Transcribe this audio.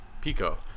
Pico